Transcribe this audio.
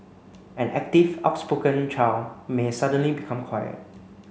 an active outspoken child may suddenly become quiet